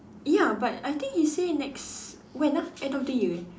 ya but I think he say next when ah end of the year